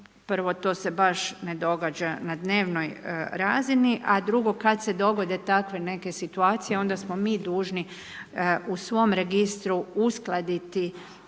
prvo to se baš ne događa na dnevnoj razini, a drugo, kad se dogode takve neke situacije, onda smo mi dužni u svom registru uskladiti